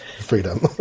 freedom